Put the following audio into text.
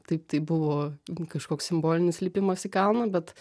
taip tai buvo kažkoks simbolinis lipimas į kalną bet